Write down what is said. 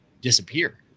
disappear